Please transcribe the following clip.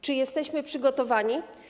Czy jesteśmy przygotowani?